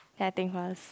I think first